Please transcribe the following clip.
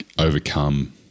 overcome